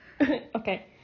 Okay